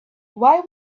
why